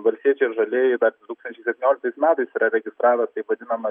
valstiečiai ir žalieji dar du tūkstančiai septynioliktais metais yra registravę taip vadinamą